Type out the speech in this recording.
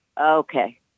okay